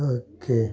okay